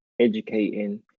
educating